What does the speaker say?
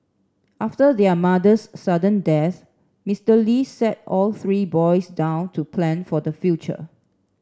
after their mother's sudden death Mister Li sat all three boys down to plan for the future